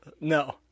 No